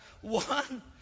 one